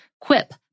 Quip